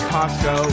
Costco